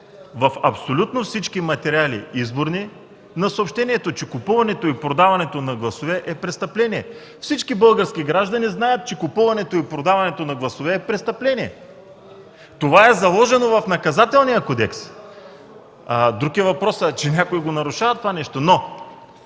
в абсолютно всички изборни материали на съобщението, че купуването и продаването на гласове е престъпление. Всички български граждани знаят, че купуването и продаването на гласове е престъпление. Това е заложено в Наказателния кодекс – друг е въпросът, че някой го нарушава. Но